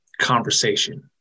conversation